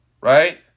right